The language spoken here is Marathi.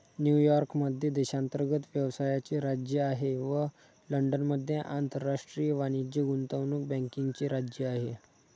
न्यूयॉर्क मध्ये देशांतर्गत व्यवसायाचे राज्य आहे व लंडनमध्ये आंतरराष्ट्रीय वाणिज्य गुंतवणूक बँकिंगचे राज्य आहे